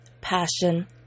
passion